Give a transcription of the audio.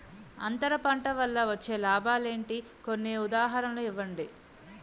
అంతర పంట వల్ల వచ్చే లాభాలు ఏంటి? కొన్ని ఉదాహరణలు ఇవ్వండి?